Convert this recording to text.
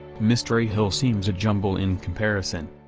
mystery hill seems a jumble in comparison.